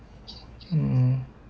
mmhmm